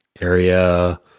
area